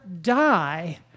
die